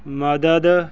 ਮਦਦ